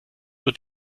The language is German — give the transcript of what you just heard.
wird